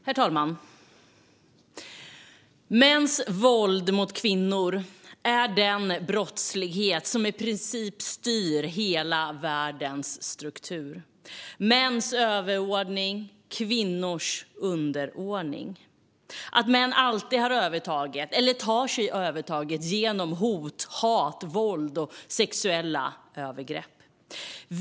Herr talman! Mäns våld mot kvinnor är den brottslighet som i princip styr hela världens struktur med mäns överordning och kvinnors underordning. Det handlar om att män alltid har övertaget, eller tar sig övertaget, genom hot, hat, våld och sexuella övergrepp.